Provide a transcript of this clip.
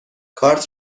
کارت